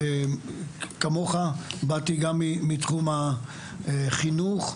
כמוך באתי גם מתחום החינוך,